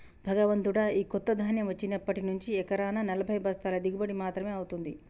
భగవంతుడా, ఈ కొత్త ధాన్యం వచ్చినప్పటి నుంచి ఎకరానా నలభై బస్తాల దిగుబడి మాత్రమే అవుతుంది